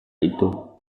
itu